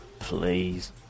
Please